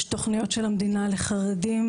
יש תוכניות של המדינה לחרדים,